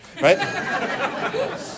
Right